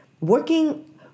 working